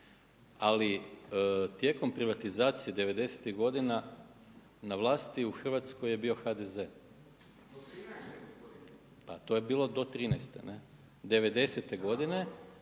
ali tijekom privatizacije 90.tih godina na vlasi u Hrvatskoj je bio HDZ. Pa to je bilo do 2013., 90.te godine